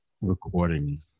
recording